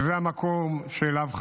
וזה המקום שאליו חזרנו.